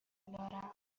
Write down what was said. دارم